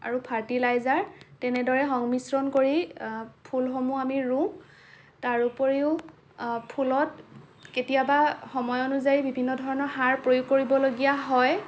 আৰু ফাৰ্টিলাইজাৰ তেনেদৰে সংমিশ্ৰণ কৰি ফুলসমূহ আমি ৰুওঁ তাৰ উপৰিও ফুলত কেতিয়াবা সময় অনুযায়ী বিভিন্ন ধৰণৰ সাৰ প্ৰয়োগ কৰিবলগীয়া হয়